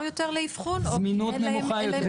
יותר לאבחון או כי יש להם זמינות נמוכה יותר לשירותים?